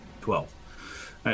twelve